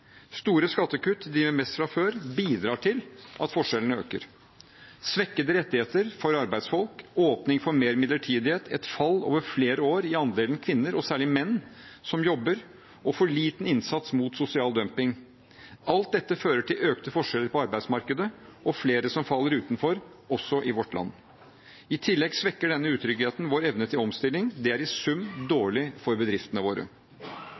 Store skattekutt til dem med mest fra før bidrar til at forskjellene øker. Svekkede rettigheter for arbeidsfolk, åpning for mer midlertidighet, et fall over flere år i andelen kvinner, og særlig menn, som jobber, og for liten innsats mot sosial dumping – alt dette fører til økte forskjeller på arbeidsmarkedet og flere som faller utenfor, også i vårt land. I tillegg svekker denne utryggheten vår evne til omstilling. Det er i sum dårlig for bedriftene våre.